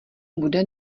bude